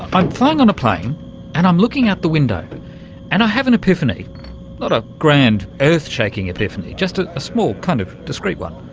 i'm flying on a plane and i'm looking out the window and i have an epiphany, not a grand, grand, earth-shaking epiphany, just ah a small, kind of discreet one.